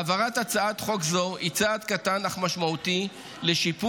העברת הצעת חוק זו היא צעד קטן אך משמעותי לשיפור